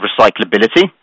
recyclability